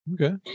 Okay